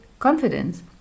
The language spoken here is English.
Confidence